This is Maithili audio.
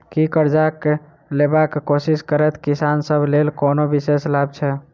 की करजा लेबाक कोशिश करैत किसान सब लेल कोनो विशेष लाभ छै?